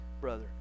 brother